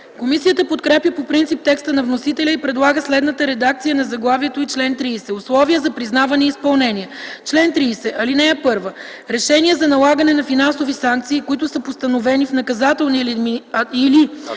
Комисията подкрепя по принцип текста на вносителя и предлага следната редакция на заглавието и чл. 30: „Условия за признаване и изпълнение Чл. 30. (1) Решения за налагане на финансови санкции, които са постановени в наказателни или